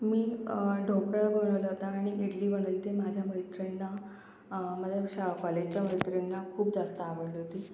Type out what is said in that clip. मी ढोकळा बनवला होता आणि इडली बनवली होती माझ्या मैत्रींना मला शाव कॉलेजच्या मैत्रिणींना खूप जास्त आवडली होती